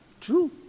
true